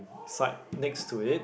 side next to it